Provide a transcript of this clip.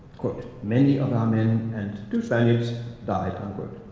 quote, many of our men and two spaniards died, unquote.